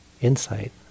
insight